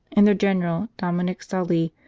and their general, dominic sauli,